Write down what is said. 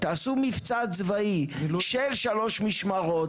תעשו מבצע צבאי של שלוש משמרות,